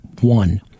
one